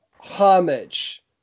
homage